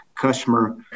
customer